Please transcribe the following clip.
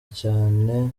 cyane